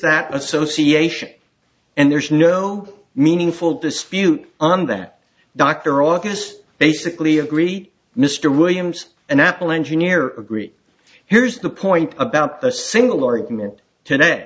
that association and there's no meaningful dispute on that dr august basically agree mr williams an apple engineer agreed here's the point about the single argument to